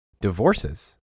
divorces